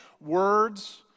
words